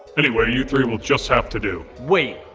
anyway, you three will just have to do. wait,